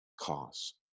cause